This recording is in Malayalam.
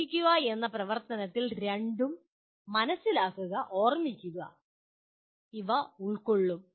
പ്രയോഗിക്കുക എന്ന പ്രവർത്തനത്തിൽ മനസിലാക്കുക ഓർമ്മിക്കുക ഇവ രണ്ടും ഉൾക്കൊള്ളും